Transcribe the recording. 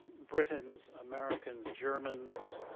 britons, americans, germans,